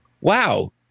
wow